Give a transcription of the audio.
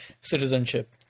citizenship